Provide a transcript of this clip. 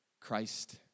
Christ